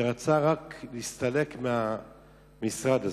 שרצה רק להסתלק מהמשרד הזה.